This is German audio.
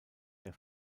der